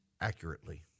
accurately